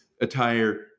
attire